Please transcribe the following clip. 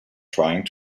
trying